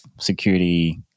security